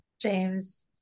James